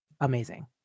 amazing